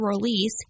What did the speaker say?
release